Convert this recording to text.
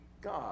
God